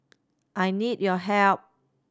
I need your help